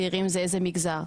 כאילו צעירים זה איזשהו מגזר.